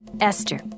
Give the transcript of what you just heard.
Esther